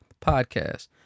podcast